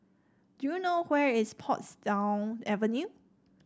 do you know where is Portsdown Avenue